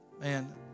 man